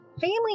Family